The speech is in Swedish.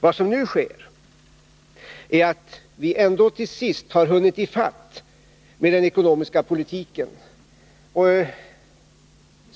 Vad som nu har skett är att vi ändå till sist har hunnit i fatt med den ekonomiska politiken.